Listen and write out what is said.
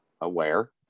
aware